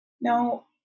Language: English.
Now